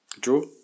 draw